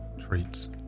treats